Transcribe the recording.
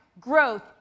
growth